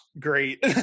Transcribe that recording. great